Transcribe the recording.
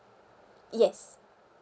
yes